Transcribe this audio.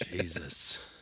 Jesus